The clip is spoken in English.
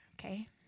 okay